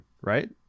right